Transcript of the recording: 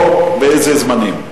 ובאיזה זמנים.